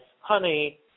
honey